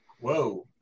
Whoa